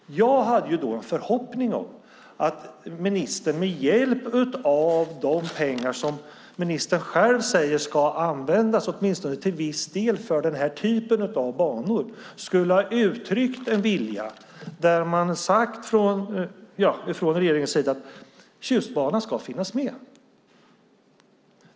Jag hade en förhoppning om att ministern med hjälp av de pengar som ministern själv säger ska användas åtminstone till viss del för den här typen av banor skulle ha uttryckt en vilja. Jag hade hoppats att regeringen skulle säga att Tjustbanan ska finnas med.